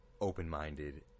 open-minded